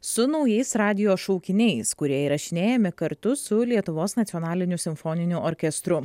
su naujais radijo šaukiniais kurie įrašinėjami kartu su lietuvos nacionaliniu simfoniniu orkestru